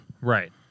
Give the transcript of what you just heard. Right